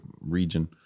region